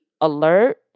alert